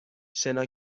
شنا